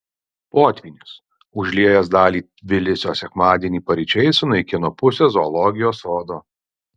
potvynis užliejęs dalį tbilisio sekmadienį paryčiais sunaikino pusę zoologijos sodo